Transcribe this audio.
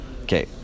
okay